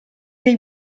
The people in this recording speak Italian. dei